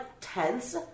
tense